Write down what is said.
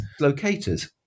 locators